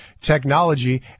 technology